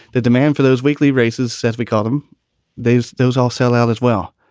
the demand for those weekly races says we call them those those all sell out as well.